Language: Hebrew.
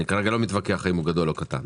אני כרגע לא מתווכח אם הוא גדול או קטן.